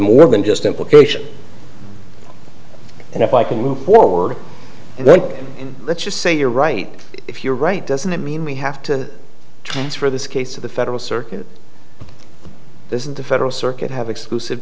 more than just implication and if i can move forward and then let's just say you're right if you're right doesn't that mean we have to transfer this case to the federal circuit this is the federal circuit have exclusive